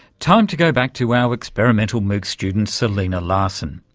time to go back to our experimental moocs student selena larson.